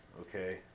Okay